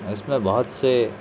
اس میں بہت سے